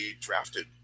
drafted